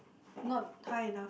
not high enough